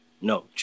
No